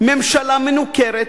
ממשלה מנוכרת,